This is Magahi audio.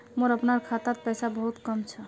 मोर अपनार खातात पैसा बहुत कम छ